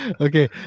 Okay